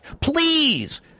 Please